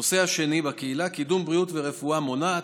2. הנושא השני בקהילה: קידום בריאות ורפואה מונעת.